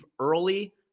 early